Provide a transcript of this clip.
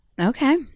Okay